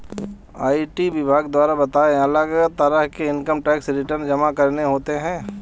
IT विभाग द्वारा बताए, अलग तरह के इन्कम टैक्स रिटर्न जमा करने होते है